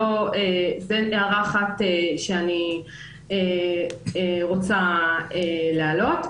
זו הערה אחת שאני רוצה להעלות.